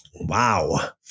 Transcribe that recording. Wow